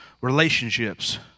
relationships